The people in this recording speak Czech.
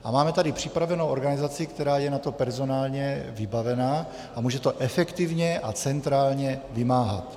A máme tady připravenou organizaci, která je na to personálně vybavená a může to efektivně a centrálně vymáhat.